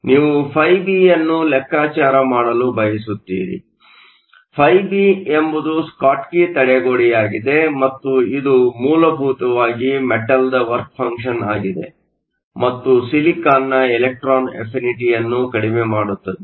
ಆದ್ದರಿಂದ ನೀವು φB ನ್ನು ಲೆಕ್ಕಾಚಾರ ಮಾಡಲು ಬಯಸುತ್ತೀರಿ φB ಎಂಬುದು ಸ್ಕಾಟ್ಕಿ ತಡೆಗೋಡೆಯಾಗಿದೆ ಮತ್ತು ಇದು ಮೂಲಭೂತವಾಗಿ ಮೆಟಲ್ನ ವರ್ಕ ಫಂಕ್ಷನ್ ಆಗಿದೆ ಮತ್ತು ಸಿಲಿಕಾನ್ನ ಇಲೆಕ್ಟ್ರಾನ್ ಅಫಿನಿಟಿಯನ್ನು ಕಡಿಮೆ ಮಾಡುತ್ತದೆ